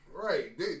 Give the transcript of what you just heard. Right